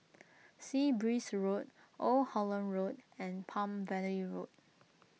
Sea Breeze Road Old Holland Road and Palm Valley Road